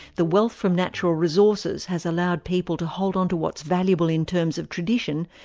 the wealth from natural resources has allowed people to hold on to what's valuable in terms of tradition,